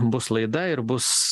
bus laida ir bus